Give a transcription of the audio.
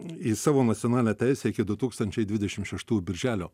į savo nacionalinę teisę iki du tūkstančiai dvidešimt šeštųjų birželio